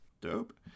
Dope